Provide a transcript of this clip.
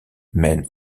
mène